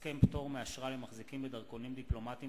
הסכם פטור מאשרה למחזיקים בדרכונים דיפלומטיים